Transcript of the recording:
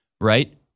right